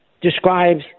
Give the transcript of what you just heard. describes